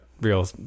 real